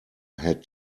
had